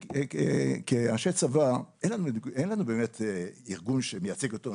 כאנשי צבא אין לנו באמת ארגון שמייצג אותנו,